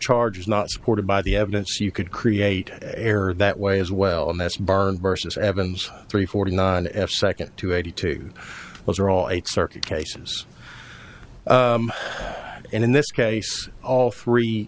charge is not supported by the evidence you could create an error that way as well and that's bar versus evans three forty nine f second to eighty two those are all eight circuit cases and in this case all three